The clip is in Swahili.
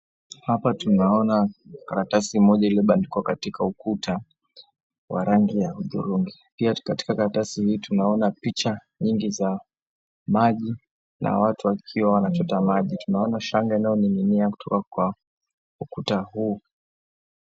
Hapa tunaona karatasi moja iliyobandikwa katika ukuta wa rangi ya udhurungi. Pia katika karatasi hii tunaona picha nyingi za maji na watu wakiwa wanachota maji. Tunaona shanga inayoning'inia kutoka kwa ukuta huu.